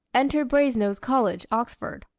entered brasenose college, oxford.